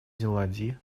зеландии